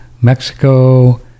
Mexico